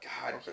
God